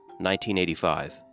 1985